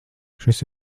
šis